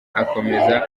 akomeza